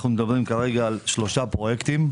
אנחנו מדברים כרגע על שלושה פרויקטים.